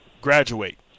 graduate